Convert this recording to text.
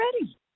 ready